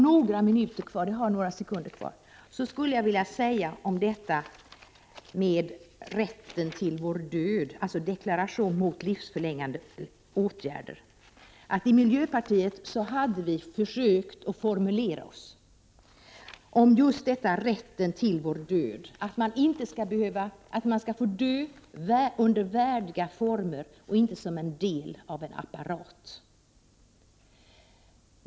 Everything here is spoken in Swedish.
I miljöpartiet har vi med anledning av diskussionen om en deklaration mot livsförlängande åtgärder försökt att formulera oss för en rätt till vår död, dvs. för att människor skall få dö under värdiga former och inte som en del av en apparat.